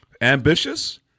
ambitious